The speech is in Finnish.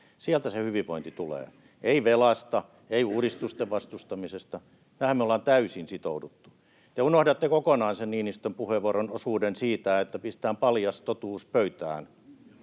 Sieltä se hyvinvointi tulee, ei velasta, ei uudistusten vastustamisesta. Tähän me ollaan täysin sitouduttu. Te unohdatte kokonaan sen Niinistön puheenvuoron osuuden siitä, että pistetään paljas totuus pöytään